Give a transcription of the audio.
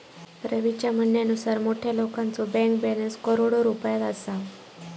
रवीच्या म्हणण्यानुसार मोठ्या लोकांचो बँक बॅलन्स करोडो रुपयात असा